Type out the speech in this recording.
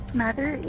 mother